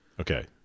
Okay